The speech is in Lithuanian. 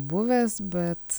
buvęs bet